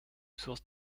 source